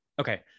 Okay